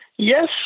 Yes